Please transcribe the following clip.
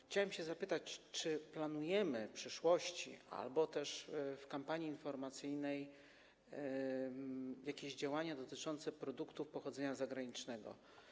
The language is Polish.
Chciałem się zapytać: Czy planujemy w przyszłości albo też w kampanii informacyjnej jakieś działania dotyczące produktów pochodzenia zagranicznego?